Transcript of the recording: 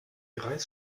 greis